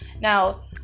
now